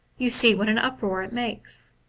you see what an uproar it makes.